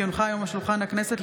כי הונחה היום על שולחן הכנסת,